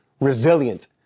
Resilient